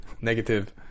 Negative